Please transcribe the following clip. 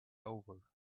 over